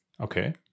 Okay